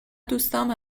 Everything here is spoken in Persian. دوستام